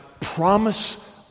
promise